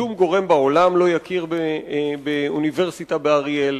שום גורם בעולם לא יכיר באוניברסיטה באריאל,